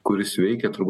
kuris veikia turbūt